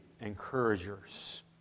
encouragers